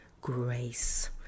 grace